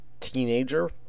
teenager